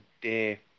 dear